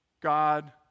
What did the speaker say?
God